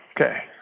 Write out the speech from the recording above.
Okay